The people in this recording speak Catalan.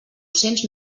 cents